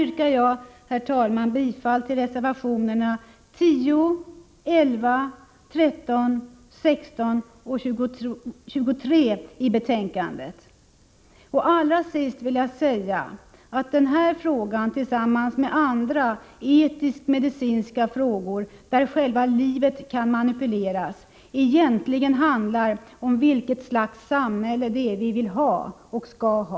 Med detta yrkar jag bifall till reservationerna 10, 11, 13, 16 och 23 i betänkandet. Allra sist vill jag säga att denna fråga, tillsammans med andra etiskmedicinska frågor där själva livet kan manipuleras, egentligen handlar om vilket slags samhälle det är vi vill ha och skall ha.